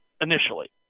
initially